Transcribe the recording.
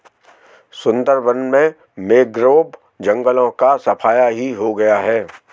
सुंदरबन में मैंग्रोव जंगलों का सफाया ही हो गया है